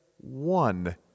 one